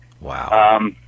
Wow